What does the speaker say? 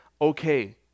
Okay